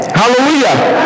hallelujah